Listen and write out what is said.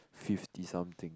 fifty something